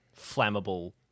flammable